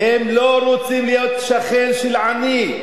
הם לא רוצים להיות שכנים של עניים.